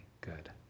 good